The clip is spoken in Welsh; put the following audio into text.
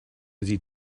ydy